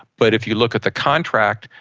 but if you look at the contract,